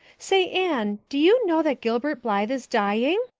say, anne, did you know that gilbert blythe is dying?